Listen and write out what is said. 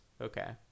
okay